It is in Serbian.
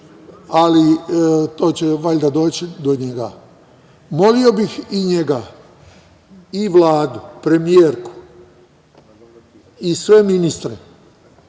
ali to će valjda doći do njega, molio bih i njega i Vladu, premijerku i sve ministre